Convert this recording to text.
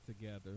together